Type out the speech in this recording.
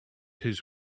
his